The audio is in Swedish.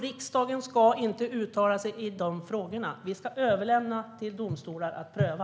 Riksdagen ska inte uttala sig i dessa frågor. Vi ska överlämna till domstolar att pröva.